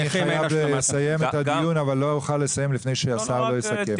אני חייב לסיים את הדיון אבל לא אוכל לסיים לפני שהשר לא יסכם.